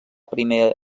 primer